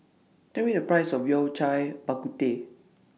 Tell Me The Price of Yao Cai Bak Kut Teh